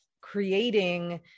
creating